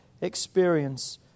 experience